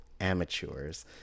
amateurs